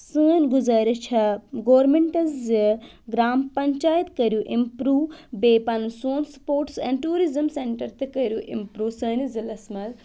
سٲنۍ گُزٲرِش چھَے گورنمینٹَس زِ گرٛام پَنچایَت کٔرِو اِمپرٛوٗ بیٚیہِ پَنُن سون سٕپوٹٕس اینٛڈ ٹیوٗرِزٕم سٮ۪نٹَر تہِ کٔرِو اِمپرٛوٗ سٲنِس ضِلَس منٛز